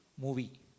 movie